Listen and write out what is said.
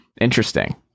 interesting